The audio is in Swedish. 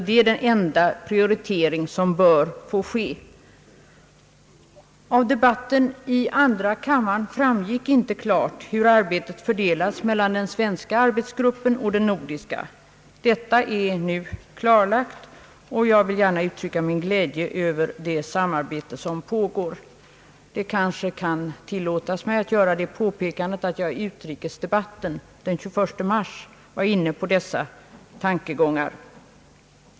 Det är den enda prioritering som bör få ske. Av debatten i andra kammaren framgick inte klart hur arbetet fördelas mellan den svenska arbetsgruppen och den nordiska. Detta är nu klarlagt, och jag vill gärna uttrycka min glädje över det samarbete som pågår. Det kanske kan tillåtas mig att påpeka att jag i utrikes debatten den 21 mars var inne på dessa tankegångar.